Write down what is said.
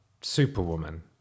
superwoman